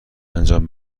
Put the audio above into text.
انجام